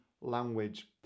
language